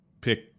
pick